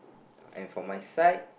and for my side